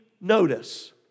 notice